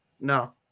No